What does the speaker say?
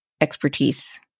expertise